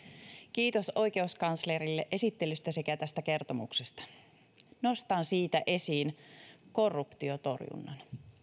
kiitos oikeuskanslerille esittelystä sekä tästä kertomuksesta nostan siitä esiin korruptiotorjunnan